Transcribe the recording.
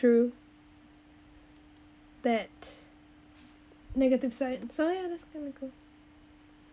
through that negative side so ya that's kind of cool